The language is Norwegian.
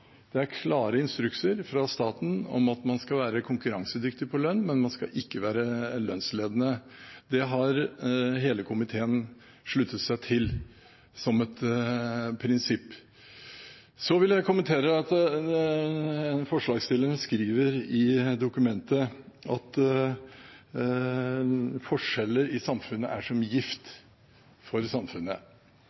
Det er klare instrukser fra staten om at man skal være konkurransedyktig på lønn, men man skal ikke være lønnsledende. Det har hele komiteen sluttet seg til som et prinsipp. Så vil jeg kommentere at forslagsstilleren skriver i dokumentet at store økonomiske forskjeller er gift for samfunnet.